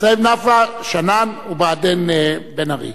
שנאן ובעדין בן-ארי.